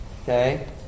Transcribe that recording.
Okay